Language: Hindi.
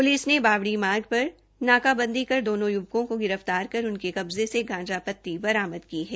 पुलिस ने बावड़ी मार्ग पर नाकाबंदी कर दोनो युवकों को गिरफ्तार कर उनके कब्जे से गांजा पत्ती बरामद की है